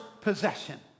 possession